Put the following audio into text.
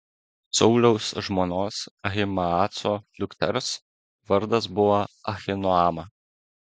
sauliaus žmonos ahimaaco dukters vardas buvo ahinoama